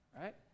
right